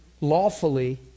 Lawfully